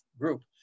group